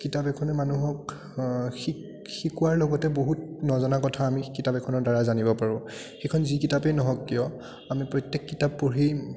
কিতাপ এখনে মানুহক শিক শিকোৱাৰ লগতে বহুত নজনা কথা আমি কিতাপ এখনৰ দ্বাৰা জানিব পাৰোঁ সেইখন যি কিতাপেই নহওক কিয় আমি প্ৰত্যেক কিতাপ পঢ়ি